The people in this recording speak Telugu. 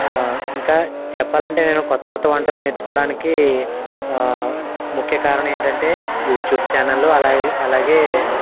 ఇంకా చెప్పాలంటే నేను క్రొత్త క్రొత్త వంటలు నేర్చుకోవడానికి ముఖ్య కారణం ఏంటంటే యూట్యూబ్ ఛానళ్ళు అలాగే అలాగే